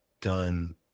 done